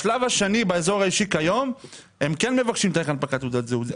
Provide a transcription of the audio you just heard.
בשלב השני באזור האישי כיום הם כן מבקשים תאריך הנפקת תעודת זהות.